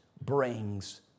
brings